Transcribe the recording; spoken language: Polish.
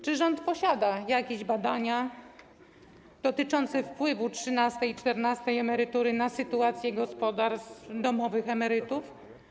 Czy rząd posiada jakieś badania dotyczące wpływu trzynastej i czternastej emerytury na sytuację gospodarstw domowych emerytów?